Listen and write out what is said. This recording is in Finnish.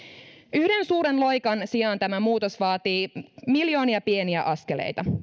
yhden suuren loikan sijaan tämä muutos vaatii miljoonia pieniä askeleita